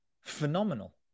phenomenal